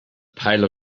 pile